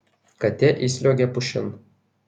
katė įsliuogė pušin